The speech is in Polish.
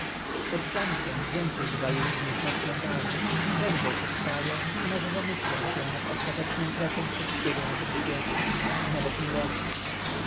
pod zamkiem więcej bywa ludzi niż na cmentarzu prędzej przeczytają i może zamyślą się nad ostatecznym kresem wszystkiego na tym świecie nawet miłości